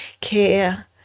care